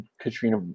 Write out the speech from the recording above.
Katrina